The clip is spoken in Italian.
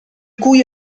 cui